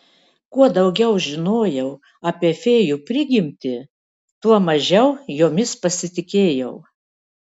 kuo daugiau žinojau apie fėjų prigimtį tuo mažiau jomis pasitikėjau